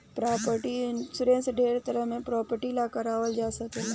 property insurance ढेरे तरह के प्रॉपर्टी ला कारवाल जा सकेला